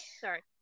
sorry